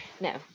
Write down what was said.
No